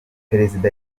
perezida